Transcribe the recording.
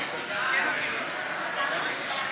התשע"ו 2016,